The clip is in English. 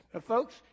Folks